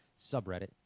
subreddit